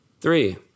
Three